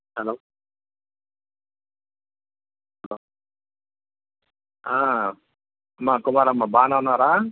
hello hello ఆ మా కుమారమ్మా బాగానే ఉన్నావారా